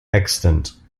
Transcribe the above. extant